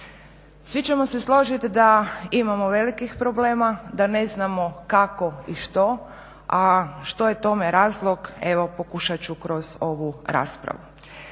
Svi ćemo se složiti da imamo velikih problema, da ne znamo kako i što, a što je tome razlog evo pokušat ću kroz ovu raspravu.